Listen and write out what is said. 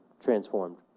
transformed